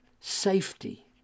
safety